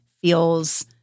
feels